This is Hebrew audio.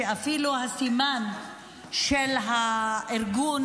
למרות שהסימן של הארגון,